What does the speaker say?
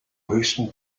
höchsten